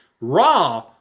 Raw